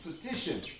petition